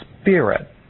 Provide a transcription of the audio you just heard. spirit